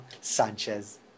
Sanchez